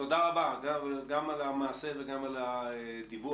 תודה רבה, גם על המעשה וגם על הדיווח.